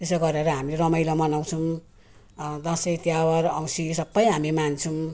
त्यसो गरेर हामी रमाइलो मनाउँछौँ दसैँ तिहार औँसी सब हामी मान्छौँ